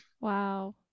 Wow